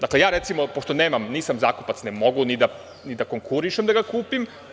Dakle, recimo, pošto nisam zakupac, ne mogu ni da konkurišem da ga kupim.